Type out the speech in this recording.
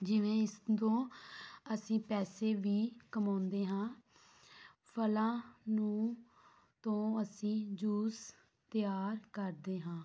ਜਿਵੇਂ ਇਸ ਤੋਂ ਅਸੀਂ ਪੈਸੇ ਵੀ ਕਮਾਉਂਦੇ ਹਾਂ ਫਲਾਂ ਨੂੰ ਤੋਂ ਅਸੀਂ ਜੂਸ ਤਿਆਰ ਕਰਦੇ ਹਾਂ